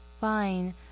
Fine